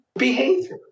behavior